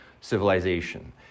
civilization